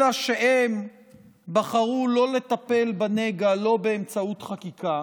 אלא שהן בחרו לא לטפל בנגע, לא באמצעות חקיקה,